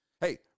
Hey